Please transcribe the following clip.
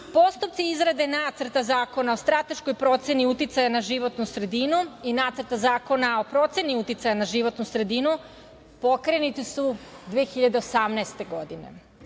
Postupci izrade nacrta zakona o strateškoj proceni uticaja na životnu sredinu, i nacrta zakona o proceni uticaja na životnu sredinu, pokrenuti su 2018. godine.